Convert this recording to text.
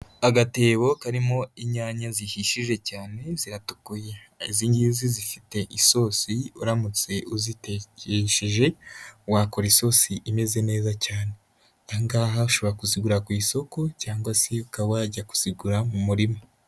Agatebo karimo inyanya zihishije cyane ziratukuye, izi ngizi zifite isosi, uramutse uzitekesheje wakora isosi imeze neza cyane, aha ngaha ushobora kuzigura ku isoko cyangwa se uka wajya kuzigura mu murima.